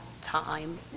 time